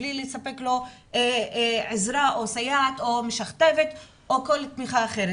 בלי לספק לו עזרה או סייעת או משכתבת או כל תמיכה אחרת.